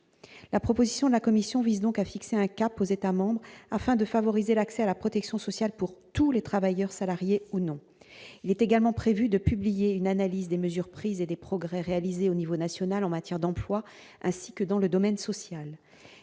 la proposition de la Commission vise donc à fixer un cap aux États-membres afin de favoriser l'accès à la protection sociale pour tous les travailleurs, salariés ou non, il est également prévu de publier une analyse des mesures prises et des progrès réalisés au niveau national en matière d'emploi ainsi que dans le domaine social,